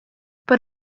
but